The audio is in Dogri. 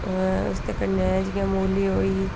उस दे कन्नै जि'यां मूली होई